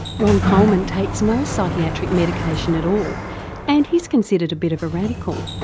ron coleman takes no psychiatric medication at all and he's considered a bit of a radical.